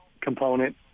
component